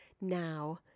now